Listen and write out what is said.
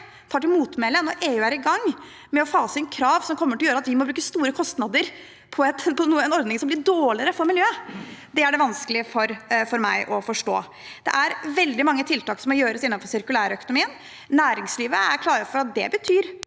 tar til motmæle når EU er i gang med å fase inn krav som kommer til å gjøre at vi må bruke store kostnader på en ordning som blir dårligere for miljøet, er vanskelig for meg å forstå. Det er veldig mange tiltak som må gjøres innenfor sirkulærøkonomien. Næringslivet er klare på at det betyr